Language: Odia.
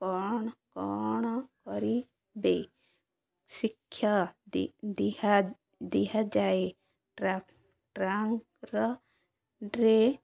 କ'ଣ କ'ଣ କରିବେ ଶିକ୍ଷା ଦିହା ଦିଆଯାଏ ଟ୍ରାଙ୍କରରେ